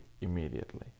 immediately